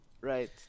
Right